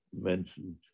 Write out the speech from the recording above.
mentioned